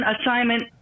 assignment